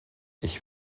ich